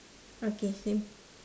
okay same